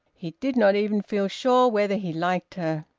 he did not even feel sure whether he liked her.